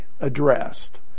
addressed